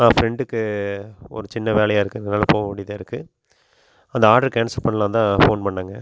ஆ ஃப்ரெண்டுக்கு ஒரு சின்ன வேலையாக இருக்குது அதனால் போக வேண்டியதாக இருக்குது அந்த ஆட்ரு கேன்சல் பண்ணலாம் தான் ஃபோன் பண்ணேங்க